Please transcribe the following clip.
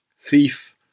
thief